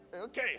Okay